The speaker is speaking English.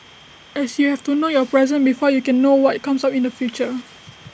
as you have to know your present before you can know what comes up in the future